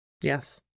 yes